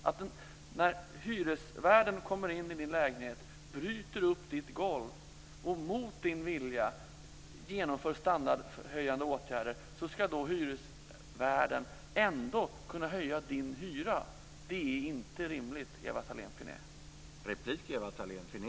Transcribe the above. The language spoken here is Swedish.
Att hyresvärden kan gå in i någons lägenhet, bryta upp vederbörandes golv och mot hans eller hennes vilja vidta standardhöjande åtgärder som innebär höjd hyra är inte rimligt, Ewa Thalén Finné.